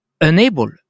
enable